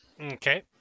Okay